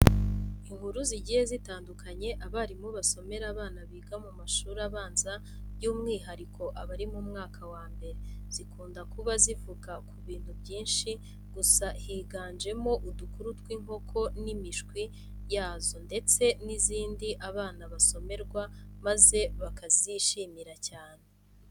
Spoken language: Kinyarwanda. Inkuru zigiye zitandukanye abarimu basomera abana biga mu mashuri abanza by'umwihariko abari mu mwaka wa mbere, zikunda kuba zivuga ku bintu byinshi gusa higanjemo udukuru tw'inkoko n'imishwi yazo ndetse n'izindi abana basomerwa maze bakazishimira cyane.